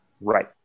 Right